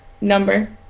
number